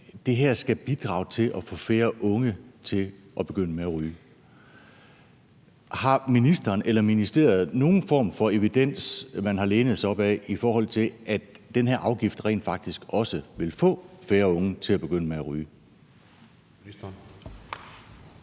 Det her skal bidrage til at få færre unge til at begynde med at ryge. Har ministeren eller ministeriet nogen form for evidens, som man har lænet sig op ad, i forhold til at den her afgift rent faktisk også vil få færre unge til at begynde med at ryge?